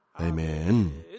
Amen